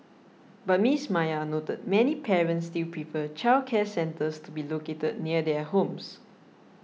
but Miss Maya noted many parents still prefer childcare centres to be located near their homes